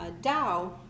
Dow